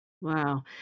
Wow